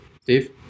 Steve